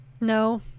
No